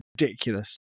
ridiculous